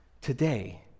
today